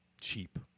cheap